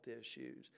issues